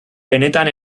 benetan